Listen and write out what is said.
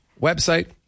website